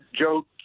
Joe